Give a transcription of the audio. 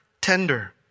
tender